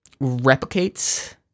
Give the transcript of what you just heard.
replicates